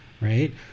right